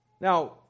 Now